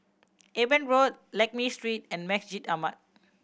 Eben Road Lakme Street and Masjid Ahmad